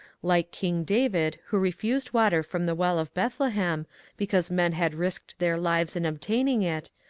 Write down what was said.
like king david who refused water from the well of bethlehem because men had risked their lives in obtaining it,